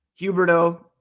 Huberto